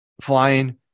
flying